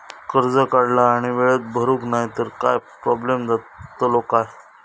कर्ज काढला आणि वेळेत भरुक नाय तर काय प्रोब्लेम जातलो काय?